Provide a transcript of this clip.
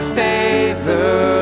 favor